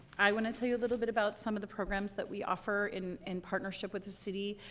i want to tell you a little bit about some of the programs that we offer in in partnership with the city.